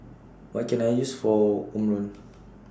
What Can I use For Omron